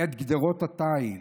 את גדרות התיל,